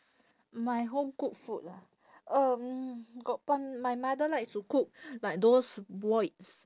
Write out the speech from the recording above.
my home cooked food lah um got my mother likes to cook like those boiled s~